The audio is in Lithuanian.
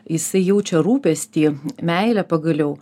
jisai jaučia rūpestį meilę pagaliau